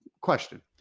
Question